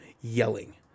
yelling